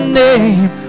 name